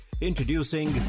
Introducing